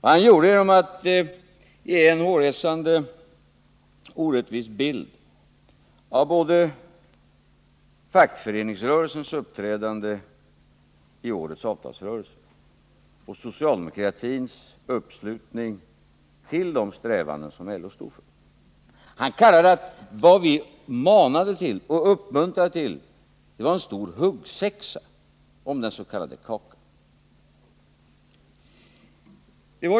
Han gjorde det genom att ge en hårresande orättvis bild både av fackföreningens uppträdande i årets avtalsrörelse och av socialdemokratins uppslutning bakom de strävanden LO står för. Vad vi manade till och uppmuntrade till kallade han för en stor huggsexa om den s.k. kakan.